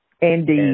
Indeed